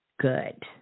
Good